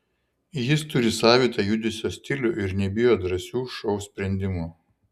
jis turi savitą judesio stilių ir nebijo drąsių šou sprendimų